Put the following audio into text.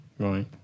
Right